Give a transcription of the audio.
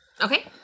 Okay